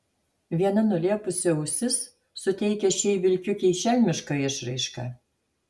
viena nulėpusi ausis suteikia šiai vilkiukei šelmišką išraišką